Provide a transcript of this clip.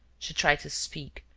she tried to speak,